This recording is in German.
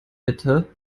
bitte